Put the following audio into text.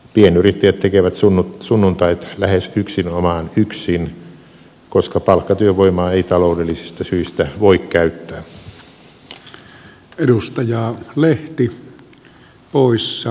pienyrittäjät tekevät sunnuntait lähes yksinomaan yksin koska palkkatyövoimaa ei taloudellisista syistä voi käyttää